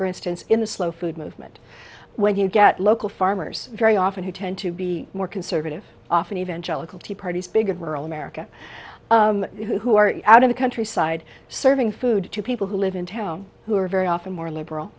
for instance in the slow food movement when you get local farmers very often who tend to be more conservative often evangelical tea parties bigger rural america who are out in the countryside serving food to people who live in town who are very often more liberal